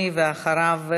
ואחריו,